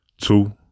Two